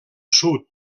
sud